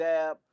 Dab